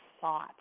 thought